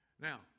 Now